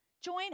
Join